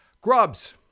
Grubs